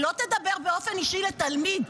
היא לא תדבר באופן אישי לתלמיד.